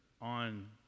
on